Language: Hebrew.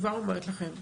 אני כבר אומרת לכם,